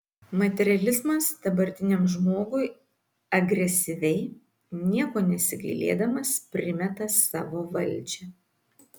materializmas dabartiniam žmogui agresyviai nieko nesigailėdamas primeta savo valdžią